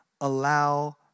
allow